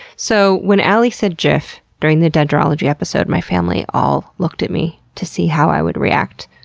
so, when alie said gif during the dendrology episode, my family all looked at me to see how i would react.